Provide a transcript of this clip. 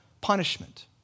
punishment